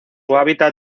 hábitat